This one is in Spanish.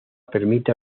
permite